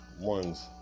ones